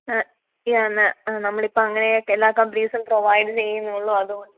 യാ ma'am നമ്മൾ ഇപ്പം അങ്ങനെയാണ് എല്ലാ കമ്പനീസും പ്രൊവൈഡ് ചെയ്യുന്നുള്ളൂ അതുകൊണ്ട്